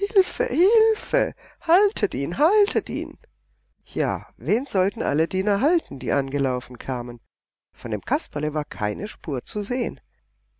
haltet ihn haltet ihn ja wen sollten alle diener halten die angelaufen kamen von dem kasperle war keine spur zu sehen